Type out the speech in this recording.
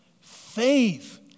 Faith